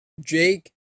Jake